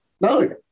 No